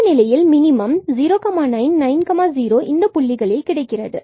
இந்த நிலையில் minimum 90 and 09 இந்த புள்ளிகளில் கிடைக்கிறது